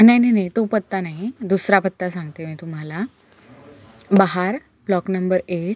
नाही नाही नाही तो पत्ता नाही दुसरा पत्ता सांगते मी तुम्हाला बहार ब्लॉक नंबर एट